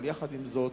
אבל יחד עם זאת,